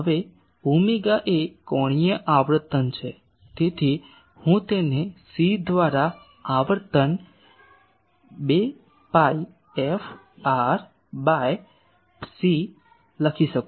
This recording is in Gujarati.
હવે ઓમેગા એ કોણીય આવર્તન છે તેથી હું તેને સી દ્વારા આવર્તન 2 pi f r by c લખી શકું